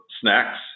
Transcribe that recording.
snacks